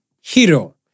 Hero